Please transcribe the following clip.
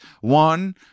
one